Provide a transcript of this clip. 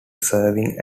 serving